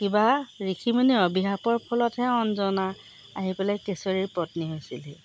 কিবা ঋষি মুনি অভিশাপৰ ফলতহে অঞ্জনা আহি পেলাই কেশৰীৰ পত্নী হৈছিলহি